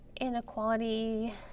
inequality